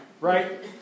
Right